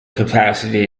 capacity